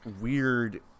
weird